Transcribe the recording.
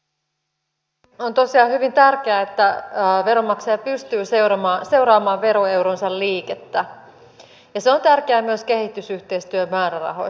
on tosiaan hyvin tärkeää että veronmaksaja pystyy seuraamaan veroeuronsa liikettä ja se on tärkeää myös kehitysyhteistyömäärärahoissa